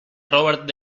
robert